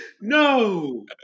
No